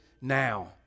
now